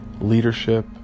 leadership